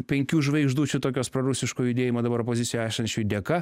penkių žvaigždučių tokios prorusiško judėjimo dabar opozicijai esančiųjų dėka